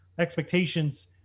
expectations